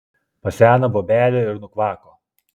paseno bobelė ir nukvako